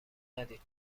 ندید